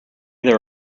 there